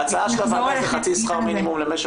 ההצעה של הוועדה היא חצי שכר מינימום למשך